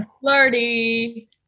flirty